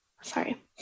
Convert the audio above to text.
sorry